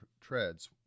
treads